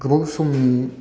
गोबाव समनि